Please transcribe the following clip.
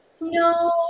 No